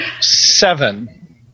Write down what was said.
seven